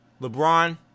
LeBron